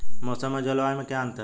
मौसम और जलवायु में क्या अंतर?